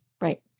Right